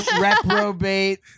reprobate